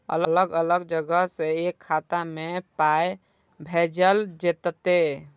अलग अलग जगह से एक खाता मे पाय भैजल जेततै?